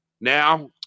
now